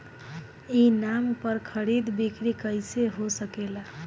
ई नाम पर खरीद बिक्री कैसे हो सकेला?